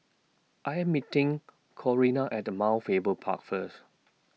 I Am meeting Corina At Mount Faber Park First